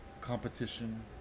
competition